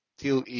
till